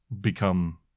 become